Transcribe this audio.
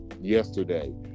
yesterday